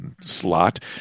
slot